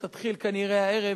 שתתחיל כנראה הערב,